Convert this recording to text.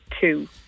two